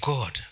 God